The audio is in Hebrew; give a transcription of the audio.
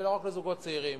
ולא רק לזוגות צעירים,